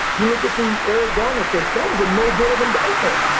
you look at the eric garner case. that was a no bill of indictment.